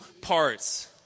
parts